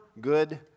good